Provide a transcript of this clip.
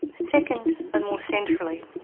second, and more centrally,